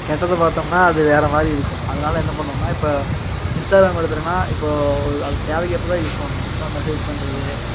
கெட்டது பார்த்தம்னா அது வேறமாதிரி இருக்கும் அதனால் என்ன பண்ணிணோம்னா இப்போ இன்ஸ்டாகிராமை எடுத்துகிட்டம்னா இப்போ ஒரு அது தேவைக்கப்பதான் யூஸ் பண்ணணும் ஸோ மெஜேஸ் பண்ணுறது